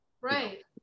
Right